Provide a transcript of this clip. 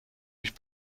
mich